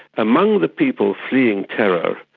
among the people fleeing terror,